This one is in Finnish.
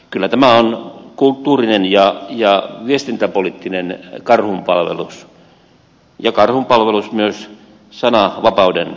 kyllä tämä on kulttuurinen ja viestintäpoliittinen karhunpalvelus ja karhunpalvelus myös sananvapauden kannalta